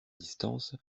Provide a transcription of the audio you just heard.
distance